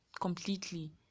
completely